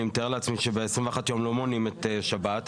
אני מתאר לעצמי שב-21 יום לא מונים את שבת,